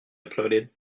applauded